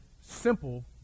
simple